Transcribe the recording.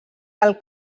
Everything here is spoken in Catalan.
del